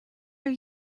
are